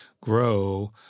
grow